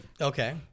Okay